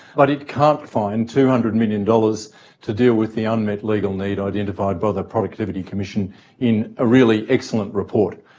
but it can't find two hundred million dollars to deal with the unmet legal need identified by the productivity commission in a really excellent report.